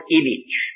image